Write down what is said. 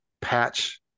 patch